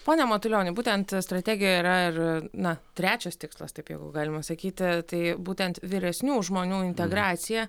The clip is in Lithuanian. pone matulioni būtent strategijoj yra ir na trečias tikslas taip jeigu galima sakyti tai būtent vyresnių žmonių integracija